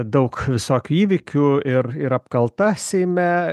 daug visokių įvykių ir ir apkalta seime